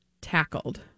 tackled